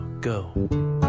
go